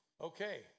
Okay